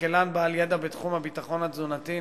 כלכלן בעל ידע בתחום הביטחון התזונתי,